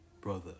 Brother